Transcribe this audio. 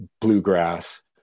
bluegrass